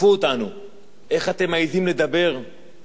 איך אתם מעזים לדבר על הנושא הזה,